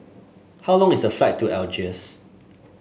how long is the flight to Algiers